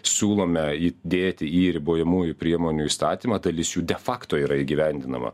siūlome įdėti į ribojamųjų priemonių įstatymą dalis jų defakto yra įgyvendinama